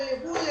וליווי,